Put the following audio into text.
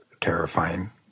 terrifying